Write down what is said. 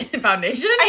Foundation